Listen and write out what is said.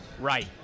Right